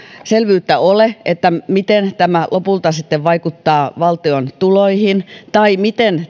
selvyyttä ole miten tämä lopulta sitten vaikuttaa valtion tuloihin tai miten